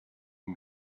mit